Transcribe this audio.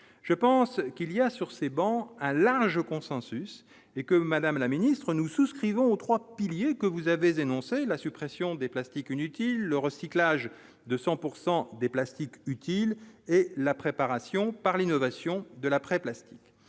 je pense qu'il y a sur ces bancs, un large consensus et que Madame la ministre nous souscrivons aux 3 piliers que vous avez énoncé la suppression des plastiques inutile le recyclage de 100 pourcent des plastiques utile et la préparation par l'innovation de l'après-plastique